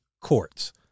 courts